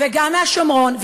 גם מהשומרון,